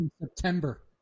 September